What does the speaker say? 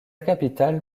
capitale